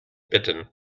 bitten